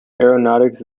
aeronautics